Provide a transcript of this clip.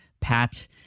pat